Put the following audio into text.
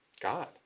god